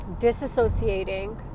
disassociating